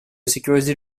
sécuriser